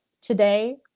today